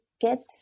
get